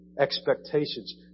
expectations